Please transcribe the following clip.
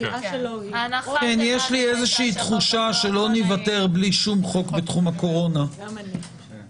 יש לי תחושה שלא ניוותר בלי שום חוק בתחום הקורונה לצערי.